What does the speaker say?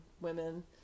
women